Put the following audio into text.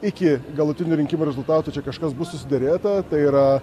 iki galutinių rinkimų rezultatų čia kažkas bus susiderėta tai yra